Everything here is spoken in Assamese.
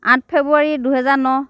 আঠ ফেব্ৰুৱাৰী দুই হাজাৰ ন